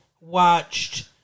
watched